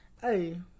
Hey